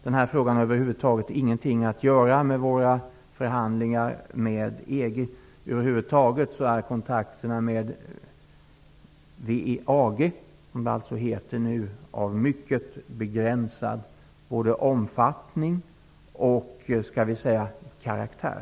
Den här frågan har över huvud taget inget att göra med våra förhandlingar med EG. Kontakterna med WEAG, som det numera heter, är av mycket begränsad omfattning och karaktär.